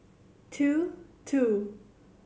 two two